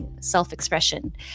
self-expression